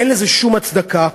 אין לזה שום הצדקה.